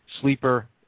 sleeper